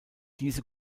diese